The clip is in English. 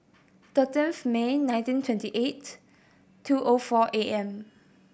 thirteenth May nineteen twenty eight two O four A M